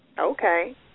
Okay